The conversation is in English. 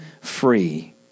free